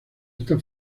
está